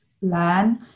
learn